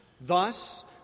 Thus